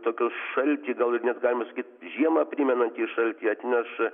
tokiu šaltį gal ir net galima sakyti žiemą primenantį šaltį atneš